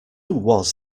was